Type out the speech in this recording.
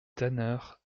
tanneurs